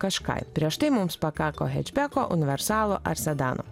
kaškai prieš tai mums pakako hečbeko universalo ar sedano